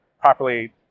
properly